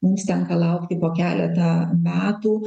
mums tenka laukti po keletą metų